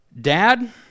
Dad